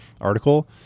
article